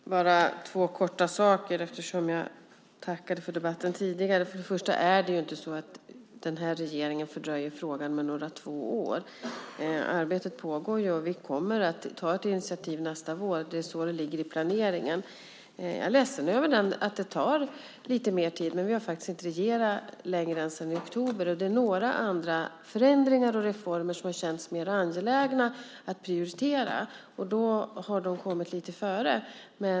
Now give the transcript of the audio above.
Fru talman! Jag ska bara kort ta upp två saker, eftersom jag tackade för debatten tidigare. Det första är att det inte är så att den här regeringen fördröjer frågan med två år. Arbetet pågår, och vi kommer att ta ett initiativ nästa vår. Det är så det ligger i planeringen. Jag är ledsen över att det tar lite mer tid, men vi har faktiskt inte regerat längre än sedan i oktober. Det är några andra förändringar och reformer som har känts mer angelägna att prioritera, och då har de kommit lite före.